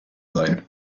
sein